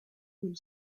del